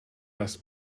das